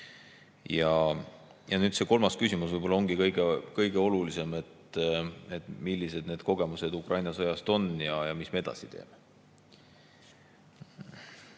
Ja nüüd see kolmas küsimus, võib-olla kõige olulisem: millised on kogemused Ukraina sõjast ja mis me edasi teeme?